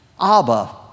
Abba